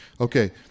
Okay